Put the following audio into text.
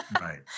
right